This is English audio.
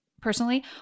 personally